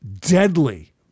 deadly